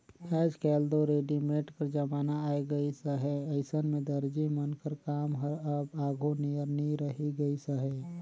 आएज काएल दो रेडीमेड कर जमाना आए गइस अहे अइसन में दरजी मन कर काम हर अब आघु नियर नी रहि गइस अहे